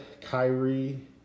Kyrie